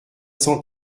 cent